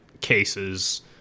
cases